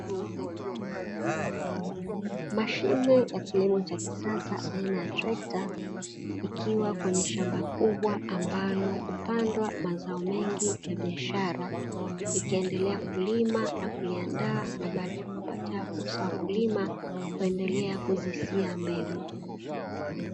Mashine ya kilimo cha kisasa aina ya trekta, ikiwa kwenye shamba kubwa ambalo hupandwa mazao mengi ya biashara, ikiendelea kulima na kuliandaa na baadaye kuwapatia fursa wakulima kuendelea kuzisia mbegu.